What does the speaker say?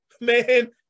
Man